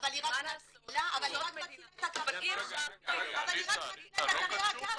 מה לעשות --- אבל היא רק מתחילה את הקריירה שלה.